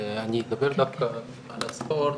אדבר רק על הספורט,